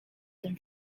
tym